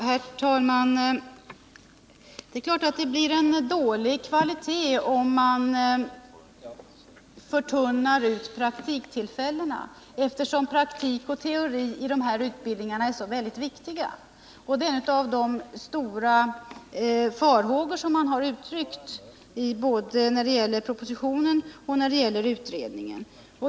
Herr talman! Det är klart att det blir en dålig kvalitet om man tunnar ut praktiktillfällena, eftersom en kombination av teori och praktik i de här utbildningarna är så väldigt viktig. Detta är en av de punkter på vilken man uttryckt stora farhågor både när det gäller propositionen och när det gäller utredningen.